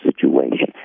situation